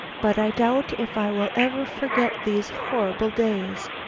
but i doubt if i will ever forget these horrible days,